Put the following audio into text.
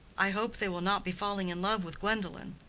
i hope they will not be falling in love with gwendolen.